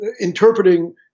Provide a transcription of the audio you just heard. interpreting